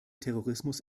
terrorismus